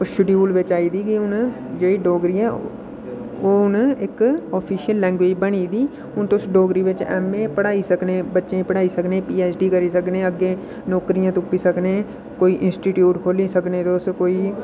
ओह् शडूयल बिच्च आई दी हून जोह्ड़ी डोगरी ऐ ओह् हून इक आफिशियल लैंग्जवेज बनी गेदी हून तुस डोगरी बिच् ऐम्म ए पढ़ाई सकने बच्चें ई पढ़ाई सकने पी ऐच्च डी करी सकने अग्गै नौकरियां तुप्पी सकने कोई इंसीटीटूट खोह्ल्ली सकने तुस कोई